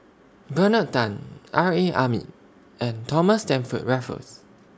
Bernard Tan R A Hamid and Thomas Stamford Raffles